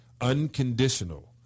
Unconditional